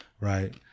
right